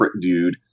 dude